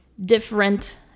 different